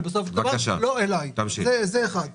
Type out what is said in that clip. עוד חודש אף אחד לא יזכור מה שיעור המס.